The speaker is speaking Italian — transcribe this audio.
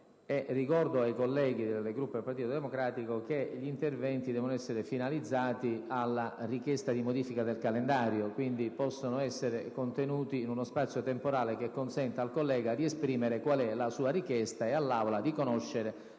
Ricordo ai colleghi di questo Gruppo che gli interventi devono essere finalizzati alla richiesta di modifica del calendario e, quindi, possono essere contenuti in uno spazio temporale che consenta al senatore di esprimere la propria richiesta e all'Aula di conoscere